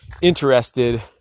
interested